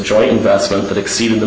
joy investment that exceeded the